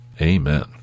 Amen